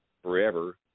forever